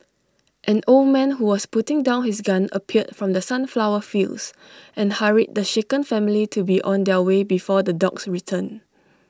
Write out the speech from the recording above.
an old man who was putting down his gun appeared from the sunflower fields and hurried the shaken family to be on their way before the dogs return